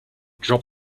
drop